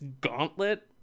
gauntlet